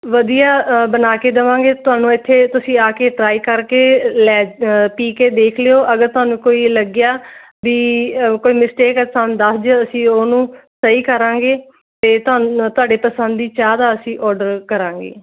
ਵਧੀਆ ਬਣਾ ਕੇ ਦੇਵਾਂਗੇ ਤੁਹਾਨੂੰ ਇੱਥੇ ਤੁਸੀਂ ਆ ਕੇ ਟਰਾਈ ਕਰਕੇ ਲੈਜ ਪੀ ਕੇ ਦੇਖ ਲਿਓ ਅਗਰ ਤੁਹਾਨੂੰ ਕੋਈ ਲੱਗਿਆ ਬਈ ਕੋਈ ਮਿਸਟੇਕ ਆ ਸਾਨੂੰ ਦੱਸ ਦਿਓ ਅਸੀਂ ਉਹਨੂੰ ਸਹੀ ਕਰਾਂਗੇ ਅਤੇ ਤੁਹਾਨੂੰ ਤੁਹਾਡੇ ਪਸੰਦ ਦੀ ਚਾਹ ਦਾ ਅਸੀਂ ਆਰਡਰ ਕਰਾਂਗੇ